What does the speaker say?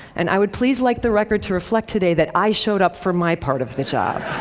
and i would please like the record to reflect today that i showed up for my part of the job.